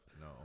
No